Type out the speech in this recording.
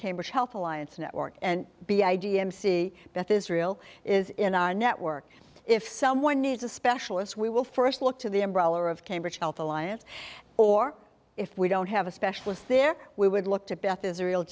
cambridge health alliance network and be i d m see beth israel is in our network if someone needs a specialist we will first look to the umbrella of cambridge health alliance or if we don't have a specialist there we would look to beth israel